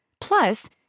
Plus